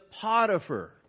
Potiphar